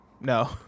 no